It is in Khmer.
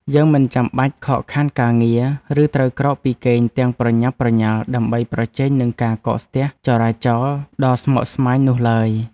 យើងមិនចាំបាច់ខកខានការងារ ឬត្រូវក្រោកពីគេងទាំងប្រញាប់ប្រញាល់ដើម្បីប្រជែងនឹងការកកស្ទះចរាចរណ៍ដ៏ស្មុគស្មាញនោះឡើយ។